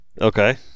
Okay